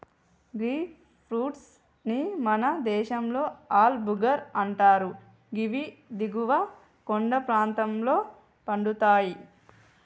గీ fruit ని మన దేశంలో ఆల్ భుక్కర్ అంటరు గివి దిగువ కొండ ప్రాంతంలో పండుతయి